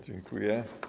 Dziękuję.